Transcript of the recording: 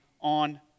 on